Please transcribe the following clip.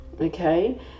okay